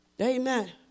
Amen